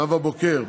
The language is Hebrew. נאוה בוקר,